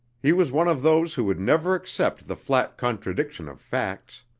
he was one of those who will never accept the flat contradiction of facts.